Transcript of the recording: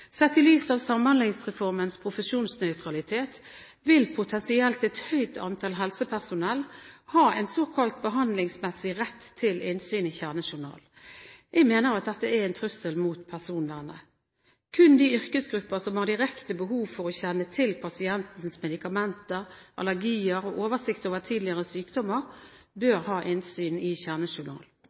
Sett i lys av Samhandlingsreformens profesjonsnøytralitet vil potensielt et høyt antall helsepersonell ha en såkalt behandlingsmessig rett til innsyn i kjernejournal. Jeg mener at dette er en trussel mot personvernet. Kun de yrkesgrupper som har direkte behov for å kjenne til pasientens medikamenter og allergier og ha oversikt over tidligere sykdommer, bør ha innsyn i